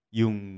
yung